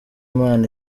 imana